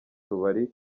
tubari